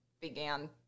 began